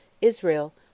Israel